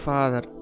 Father